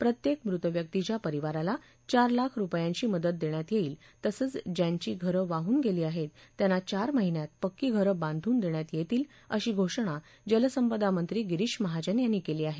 प्रत्येक मृत व्यक्तिच्या परिवाराला चार लाख रुपयांची मदत देण्यात येईल तसंच ज्यांची घर वाहून गेली आहेत त्यांना चार महिन्यात पक्की घरं बांधून देण्यात येतील अशी घोषणा जलसंपदा मंत्री गिरिष महाजन यांनी केली आहे